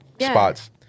spots